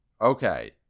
Okay